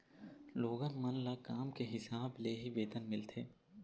लोगन मन ल काम के हिसाब ले ही वेतन मिलथे